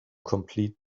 complete